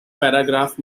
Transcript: paragraph